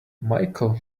michael